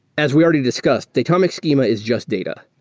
as we already discussed, datomic schema is just data.